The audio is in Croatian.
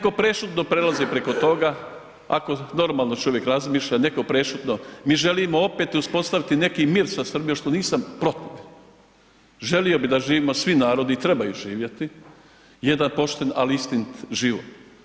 Neko prešutno prelazi preko toga ako normalno čovjek razmišlja, neko prešutno, mi želimo opet uspostaviti neki mir sa Srbijom što nisam protiv, želio bi da živimo svi narodi i trebaju živjeti jedan pošten ali istinit život.